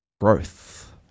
growth